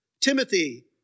Timothy